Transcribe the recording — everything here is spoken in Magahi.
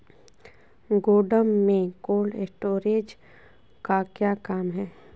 गोडम में कोल्ड स्टोरेज का क्या काम है?